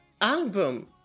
album